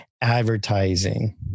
advertising